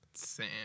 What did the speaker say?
Sam